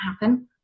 happen